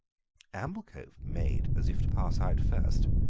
amblecope made as if to pass out first,